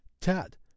tad